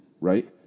right